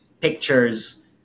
pictures